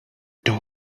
door